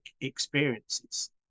experiences